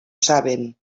saben